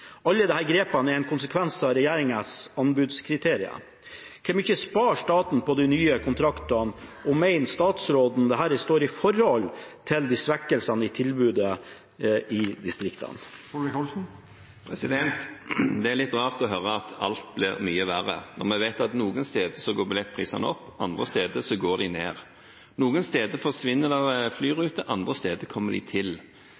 Alle disse grepene er en konsekvens av nye anbudskriterier. Hvor mye sparer staten på de nye kontraktene, og mener statsråden dette står i forhold til svekkelsen i flytilbudet i distriktene?» Det er litt rart å høre at alt blir mye verre når vi vet at noen steder går billettprisene opp, andre steder går de ned, noen steder forsvinner flyruter, andre steder kommer de til.